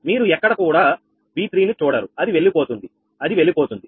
మీరు ఎక్కడ కూడా V3 ని చూడరు అది వెళ్ళిపోతుంది అది వెళ్ళిపోతుంది